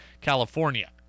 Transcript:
California